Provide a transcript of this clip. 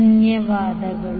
ಧನ್ಯವಾದಗಳು